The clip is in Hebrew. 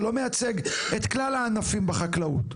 שלא מייצג את כלל הענפים בחקלאות.